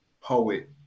poet